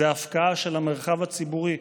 זו הפקעה של המרחב הציבורי,